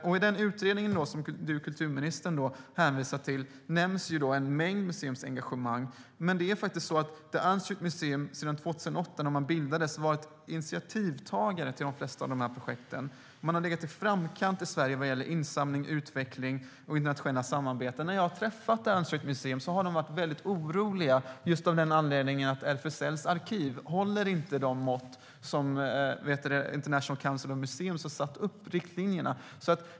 I den utredning som kulturministern hänvisar till nämns en mängd museers engagemang. Men The Unstraight Museum har sedan 2008, då det bildades, varit initiativtagare till de flesta av dessa projekt. De har legat i framkant i Sverige när det gäller insamling, utveckling och internationella samarbeten. När jag har träffat The Unstraight Museum har de varit oroliga med anledning av att RFSL:s arkiv inte håller de mått som International Council of Museums har satt riktlinjerna för.